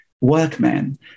workmen